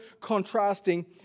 contrasting